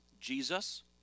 Jesus